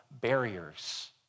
barriers